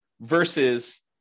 versus